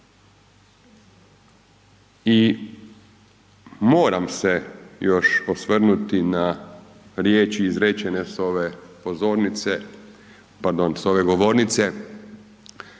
I moram se još osvrnuti na riječi izrečene s ove pozornice,